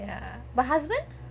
ya but husband